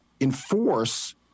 enforce